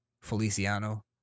Feliciano